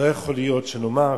לא יכול להיות שנאמר